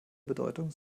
bedeutung